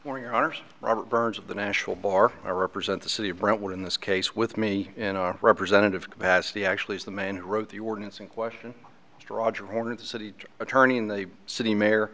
for your honour's robert burns of the national bar i represent the city of brentwood in this case with me in a representative capacity actually the man who wrote the ordinance in question roger horne the city attorney in the city mayor